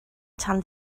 tan